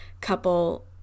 couple